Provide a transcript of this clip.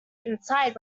inside